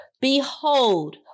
Behold